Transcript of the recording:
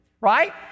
right